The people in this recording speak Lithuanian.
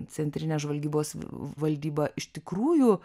centrinė žvalgybos valdyba iš tikrųjų